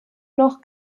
noch